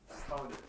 I found that